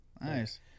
nice